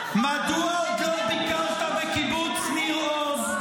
זה כל כך מכוער לדבר על בנו של ראש הממשלה.